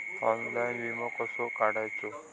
Online विमो कसो काढायचो?